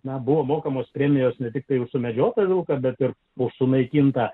nebuvo mokamos premijos ne tiktai už sumedžiotą vilką bet ir už sunaikintą